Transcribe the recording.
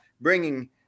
bringing